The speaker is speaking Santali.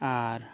ᱟᱨ